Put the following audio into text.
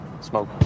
smoke